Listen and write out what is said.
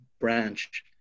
branch